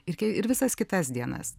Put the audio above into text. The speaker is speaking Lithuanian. ir ir visas kitas dienas